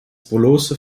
bloße